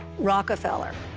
rockefeller.